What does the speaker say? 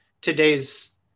today's